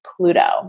Pluto